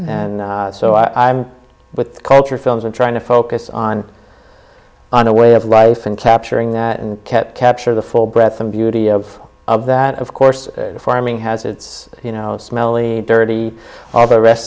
so i'm with culture films and trying to focus on on the way of life and capturing that and kept capture the full breath and beauty of of that of course farming has its you know smelly dirty all the rest